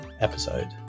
episode